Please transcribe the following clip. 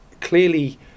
clearly